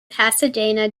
pasadena